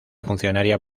funcionaria